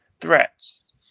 threats